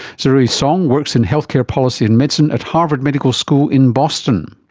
zirui song works in healthcare policy and medicine at harvard medical school in boston.